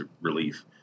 relief